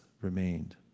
remained